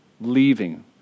Leaving